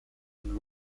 and